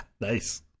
Nice